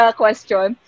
question